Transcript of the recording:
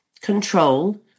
control